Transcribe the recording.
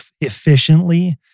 efficiently